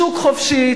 שוק חופשי,